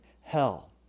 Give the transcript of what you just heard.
hell